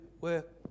work